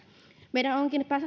meidän onkin